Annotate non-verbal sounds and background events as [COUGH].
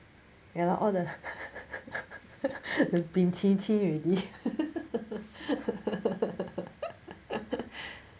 ya lor all the [LAUGHS] bin qi qi already [LAUGHS]